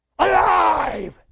Alive